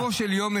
רק לסופו של יום,